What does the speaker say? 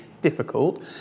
difficult